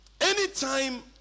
anytime